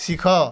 ଶିଖ